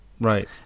right